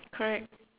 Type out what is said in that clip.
correct